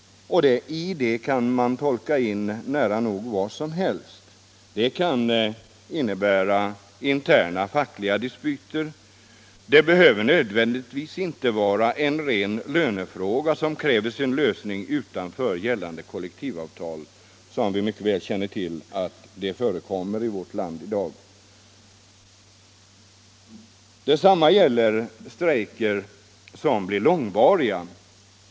I den formuleringen kan tolkas in nära nog vad som helst, och det kan innebära också interna fackliga dispyter. Det behöver inte nödvändigtvis vara en ren lönefråga som kräver sin lösning utanför gällande kollektivavtal. Som vi mycket väl känner till förekommer sådant i vårt land i dag. Detsamma gäller långvariga strejker.